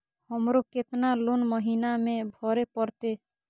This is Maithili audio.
हमरो केतना लोन महीना में भरे परतें?